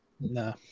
no